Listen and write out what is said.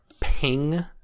ping